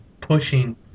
pushing